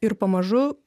ir pamažu